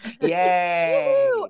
Yay